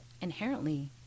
inherently